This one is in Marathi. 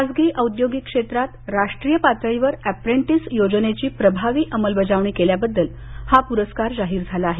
खासगी औद्योगिक क्षेत्रात राष्ट्रीय पातळीवर अॅप्रेंटीस योजनेची प्रभावी अंमलबजावणी केल्याबद्दल हा पुरस्कार जाहीर झाला आहे